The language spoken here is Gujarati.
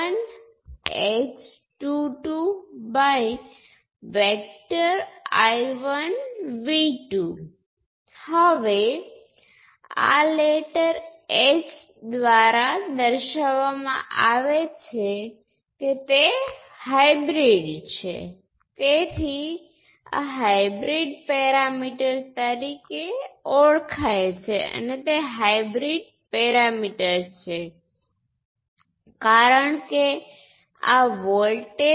અને આ છેલ્લો પાર્ટ y21 × V1 આના જેવા કંટ્રોલ સોર્સ દ્વારા રજૂ થાય છે તે I2 છે તેથી તે પોર્ટ 2 માંથી ડ્રો કરેલ કરંટ છે અને તે V1 ના પ્રમાણમાં છે તે સર્કિટમાં અન્યત્ર વોલ્ટેજ છે